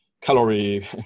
calorie